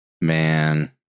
Man